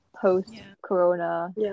post-corona